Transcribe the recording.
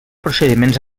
procediments